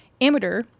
amateur